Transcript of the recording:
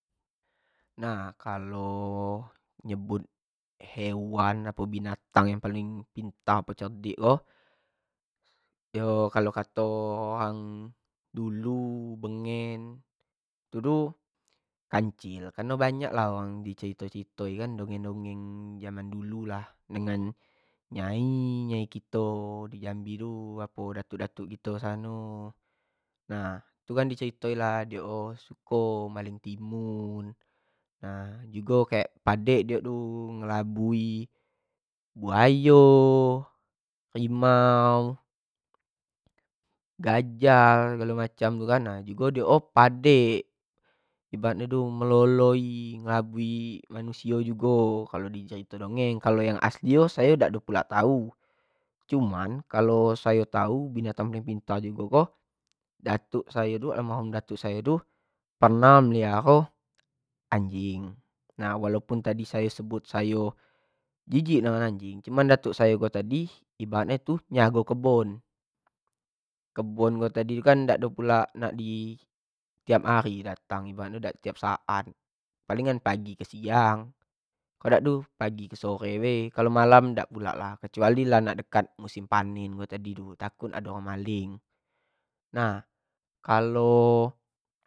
Nah, kalo nyebut hewan atau binatang yang paling pintar atau cerdik ko, yo kalo kato orang dulu bengen itu tu kancil, kareno banyak lah orang tu cerito-cerito yo kareno dongeng, jaman dulu lah dengan nyai, nyai kito di jambi kiro datuk-datuk kito disano, nah, tu kan di ceritokan lah dek o suko maleng timun, nah, jugo kek padek dio tu ngelabui buayo, harimau, gajah segalo macam tu kan, jugo dek o padek cam itu, meloloi, ngelabui manusio jugo kalo di cerito dongeng, kalo yang asli nyo, sayo dak ado pulak tau, cum yangsato tau binatang yang paling pintar datuk sayo tu, almarhum datuk sayo tu pernah meliharo anjing, nah, walaupun tadi sayo sebut sayo jijik dengan anjing, cuma datuk sayo ko tadi ibarat tu jago kebun, kebun tadi tu kan dak ado pulak nak di tiap hari datang gimano nak tiap saat, palingan pagi ke siang, kalo dak tu pagi ke sore bae, kalau malam dak pulak, kecuali lah kalo nak dekat musim panen, wak takut ado onag kalo nak maling, nah, kalo.